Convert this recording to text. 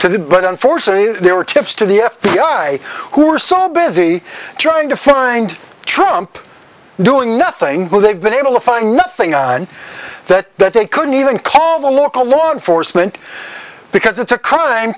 to that but unfortunately there are tips to the f b i who are so busy trying to find trump doing nothing they've been able to find nothing on that that they couldn't even call the local law enforcement because it's a crime